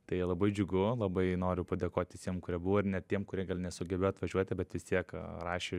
tai labai džiugu labai noriu padėkot visiem kurie buvo ir net tiem kurie gal nesugebėjo važiuoti bet vis tiek rašė